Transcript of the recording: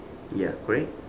ya correct